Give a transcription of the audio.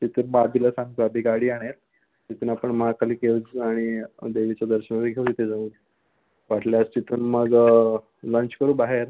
तिथे मग अभिला सांगतो अभि गाडी आणेल तिथून आपण महाकाली केव्ज आणि देवीचं दर्शन वगैरे घेऊ तिथे जाऊन वाटल्यास तिथून मग लंच करू बाहेर